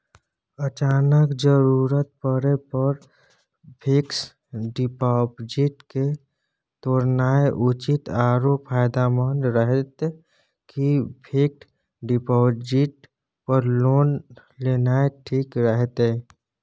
अचानक जरूरत परै पर फीक्स डिपॉजिट के तोरनाय उचित आरो फायदामंद रहतै कि फिक्स डिपॉजिट पर लोन लेनाय ठीक रहतै?